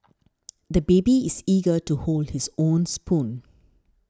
the baby is eager to hold his own spoon